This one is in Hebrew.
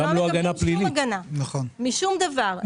שום הגנה משום דבר.